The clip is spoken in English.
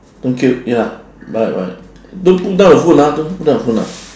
thank you ya bye bye don't put down the phone ah don't put down the phone ah